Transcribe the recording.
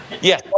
Yes